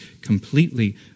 completely